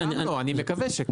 אני גם לא, אני מקווה שכן.